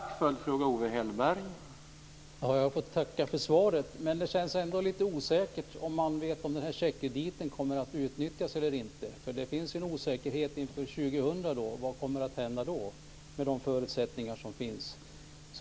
Herr talman! Jag får tacka för svaret. Men det känns ändå lite osäkert om denna checkkredit kommer att utnyttjas eller inte. Det finns en osäkerhet inför år 2000. Vad kommer att hända då med tanke på de förutsättningar som finns?